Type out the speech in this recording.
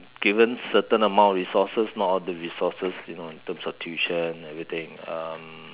given certain amount of resources not all of the resources you know in terms of tuition and everything um